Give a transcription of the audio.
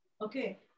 Okay